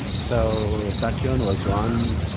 so tachion was, one,